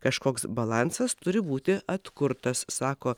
kažkoks balansas turi būti atkurtas sako